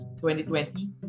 2020